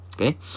okay